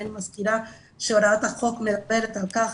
אני מזכירה שהוראת החוק מדברת על כך